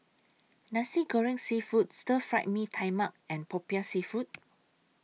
Nasi Goreng Seafood Stir Fried Mee Tai Mak and Popiah Seafood